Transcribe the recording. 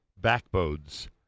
backbones